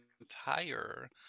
entire